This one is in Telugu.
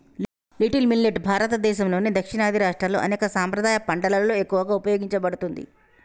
లిటిల్ మిల్లెట్ భారతదేసంలోని దక్షిణాది రాష్ట్రాల్లో అనేక సాంప్రదాయ పంటలలో ఎక్కువగా ఉపయోగించబడుతుంది